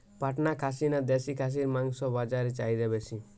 পাটনা খাসি না দেশী খাসির মাংস বাজারে চাহিদা বেশি?